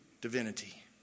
divinity